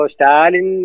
Stalin